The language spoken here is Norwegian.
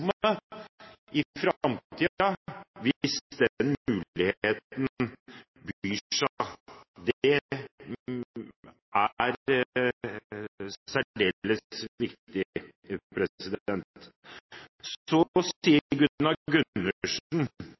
den muligheten byr seg. Det er særdeles viktig. Så sier Gunnar Gundersen